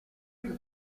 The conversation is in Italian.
più